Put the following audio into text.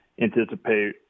anticipate